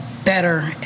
Better